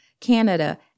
Canada